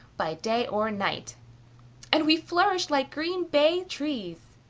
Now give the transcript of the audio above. by day or night and we flourish like green bay trees.